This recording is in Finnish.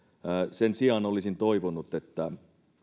sen sijaan olisin toivonut että